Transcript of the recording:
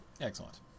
Excellent